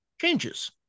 changes